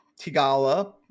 Tigala